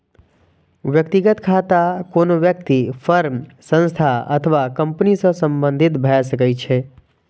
व्यक्तिगत खाता कोनो व्यक्ति, फर्म, संस्था अथवा कंपनी सं संबंधित भए सकै छै